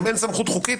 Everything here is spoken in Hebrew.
אם אין סמכות חוקית,